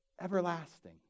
everlasting